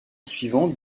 suivant